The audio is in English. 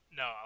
no